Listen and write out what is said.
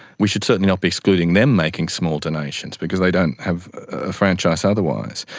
we should certainly not be excluding them making small donations because they don't have a franchise otherwise.